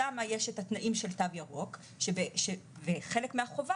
שם יש את התנאים של תו ירוק וחלק מהחובה